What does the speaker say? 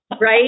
Right